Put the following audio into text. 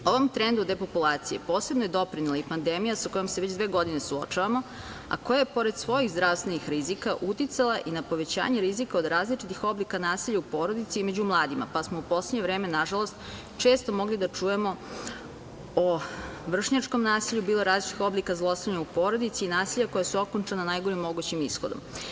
Ovom trendu depopulacije posebno je doprinela i pandemija sa kojom se već dve godine suočavamo, a koja je pored svojih zdravstvenih rizika uticala i na povećanje rizika od različitih oblika nasilja u porodici i među mladima, pa smo u poslednje vreme, nažalost, često mogli da čujemo o vršnjačkom nasilju, bilo je različitih oblika zlostavljanja u porodici i nasilja koja su okončana najgorim mogućim ishodom.